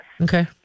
okay